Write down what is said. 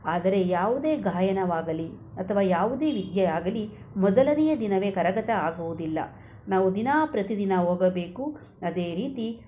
ಆದರೆ ಯಾವುದೇ ಗಾಯನವಾಗಲಿ ಅಥವಾ ಯಾವುದೇ ವಿದ್ಯೆ ಆಗಲಿ ಮೊದಲನೆಯ ದಿನವೇ ಕರಗತ ಆಗುವುದಿಲ್ಲ ನಾವು ದಿನ ಪ್ರತಿದಿನ ಹೋಗಬೇಕು ಅದೇ ರೀತಿ